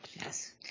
Yes